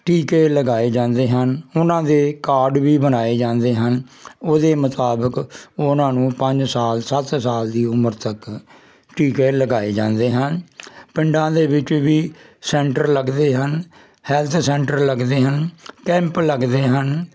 ਟੀਕੇ ਲਗਾਏ ਜਾਂਦੇ ਹਨ ਉਹਨਾਂ ਦੇ ਕਾਰਡ ਵੀ ਬਣਾਏ ਜਾਂਦੇ ਹਨ ਉਹਦੇ ਮੁਤਾਬਕ ਉਹਨਾਂ ਨੂੰ ਪੰਜ ਸਾਲ ਸੱਤ ਸਾਲ ਦੀ ਉਮਰ ਤੱਕ ਟੀਕੇ ਲਗਾਏ ਜਾਂਦੇ ਹਨ ਪਿੰਡਾਂ ਦੇ ਵਿੱਚ ਵੀ ਸੈਂਟਰ ਲੱਗਦੇ ਹਨ ਹੈਲਥ ਸੈਂਟਰ ਲੱਗਦੇ ਹਨ ਕੈਂਪ ਲੱਗਦੇ ਹਨ